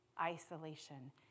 isolation